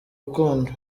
rukundo